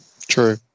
true